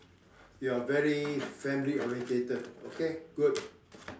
you are very family orientated okay good